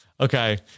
okay